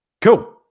Cool